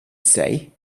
say